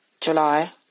July